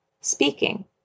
speaking